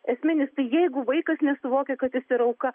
esminis tai jeigu vaikas nesuvokia kad jis ir auka